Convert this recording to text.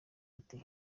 ati